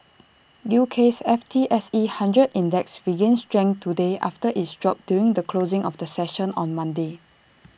U K's F T S E hundred index regained strength today after its drop during the closing of the session on Monday